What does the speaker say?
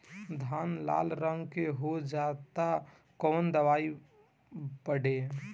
धान लाल रंग के हो जाता कवन दवाई पढ़े?